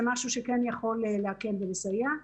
זה משהו שגם יכול להקל ולסייע.